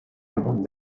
álbum